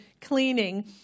cleaning